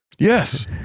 Yes